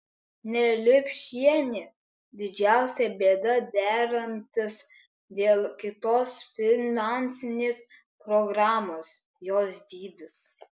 neliupšienė didžiausia bėda derantis dėl kitos finansinės programos jos dydis